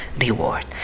reward